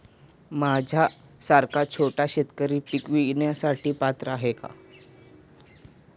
माझ्यासारखा छोटा शेतकरी पीक विम्यासाठी पात्र आहे का?